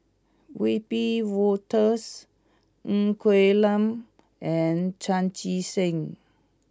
Wiebe Wolters Ng Quee Lam and Chan Chee Seng